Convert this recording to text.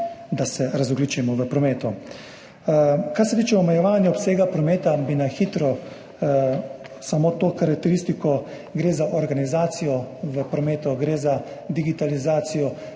da se razogljičimo v prometu. Kar se tiče omejevanja obsega prometa, bi na hitro omenil samo to karakteristiko, gre za organizacijo v prometu, gre za digitalizacijo.